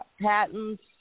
patents